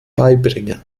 beibringen